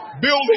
Building